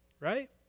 right